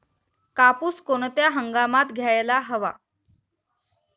कापूस कोणत्या हंगामात घ्यायला हवा?